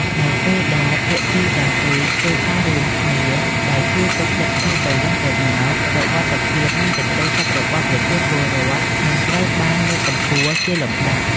នៅពេលដែលភាគីទាំងពីរធ្វើការរួមគ្នាដោយជឿទុកចិត្តគ្នាទៅវិញទៅមក សុវត្ថិភាព និងសេចក្តីសុខរបស់ប្រជាពលរដ្ឋនឹងត្រូវបានលើកកម្ពស់ជាលំដាប់។